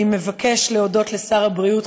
אני מבקש להודות לשר הבריאות,